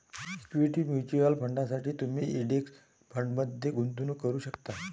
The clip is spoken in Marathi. इक्विटी म्युच्युअल फंडांसाठी तुम्ही इंडेक्स फंडमध्ये गुंतवणूक करू शकता